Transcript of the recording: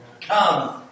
Come